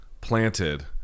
planted